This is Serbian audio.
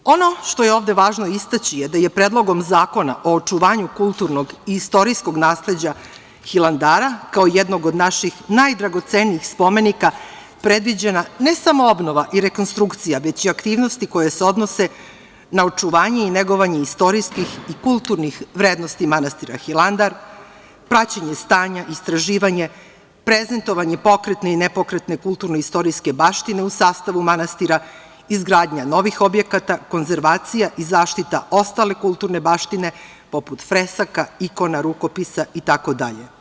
Ono što je ovde važno istaći je da je Predlogom zakona o očuvanju kulturnog i istorijskog nasleđa Hilandara kao jednog od naših najdragocenijih spomenika predviđena ne samo obnova i rekonstrukcija, već i aktivnosti koje se odnose na očuvanje i negovanje istorijskih i kulturnih vrednosti manastira Hilandar, praćenje stanja, istraživanje, prezentovanje pokretne i nepokretne kulturno istorijske baštine u sastavu manastira, izgradnja novih objekata, konzervacija i zaštita ostale kulturne baštine poput fresaka, ikona, rukopisa, itd.